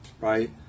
right